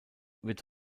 wird